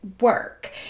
work